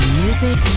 music